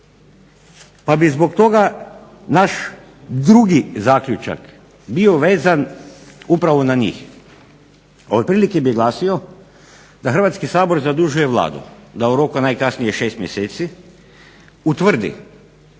pa bi zbog toga naš drugi zaključak bio vezan upravo na njih. Otprilike bi glasio da Hrvatski sabor zadužuje Vladu da u roku najkasnije 6 mjeseci utvrdi